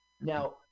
Now